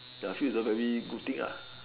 ya feel it's a very good thing lah